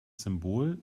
symbol